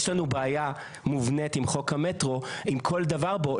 יש לנו בעיה מובנית עם חוק המטרו, עם כל דבר בו.